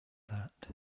that